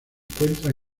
encuentra